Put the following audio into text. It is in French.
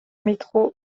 métro